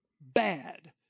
bad